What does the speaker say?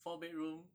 four bedroom